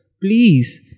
please